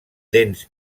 dents